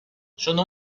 sono